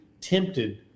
tempted